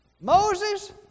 Moses